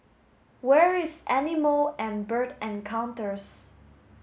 where is Animal and Bird Encounters